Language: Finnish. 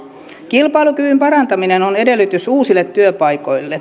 kilpailukyvyn parantaminen on edellytys uusille työpaikoille